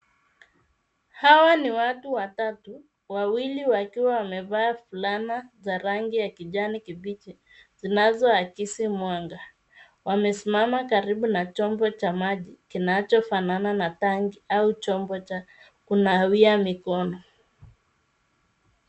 Hawa ni watu watatu, wawili wakiwa amevaa fulana za rangi ya kijani kibichi zinazoakisi mwanga. Wamesimama karibu na chombo cha maji kinachofanana na tanki au chombo cha kunawia mikono.